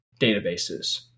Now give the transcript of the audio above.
databases